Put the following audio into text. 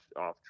off